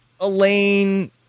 Elaine –